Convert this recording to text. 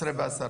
ב-11:10.